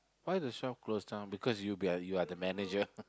why the shop close down because you be uh you're the manager